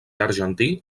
argentí